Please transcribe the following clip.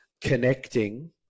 connecting